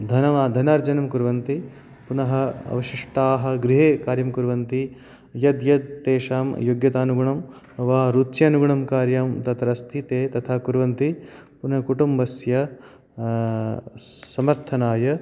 धनमा धनार्जनं कुर्वन्ति पुनः अवशिष्टाः गृहे कार्यं कुर्वन्ति यद् यद् तेषां योग्यतानुगुणं वा रुच्यनुगुणं कार्यं तत्र अस्ति ते तथा कुर्वन्ति पुनः कुटुम्बस्य समर्थनाय